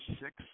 six